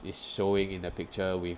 is showing in the picture with